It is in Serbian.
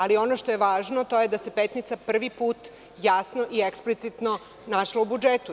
Ali ono što je važno, to je da se Petnica prvi put jasno i eksplicitno našla u budžetu.